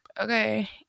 Okay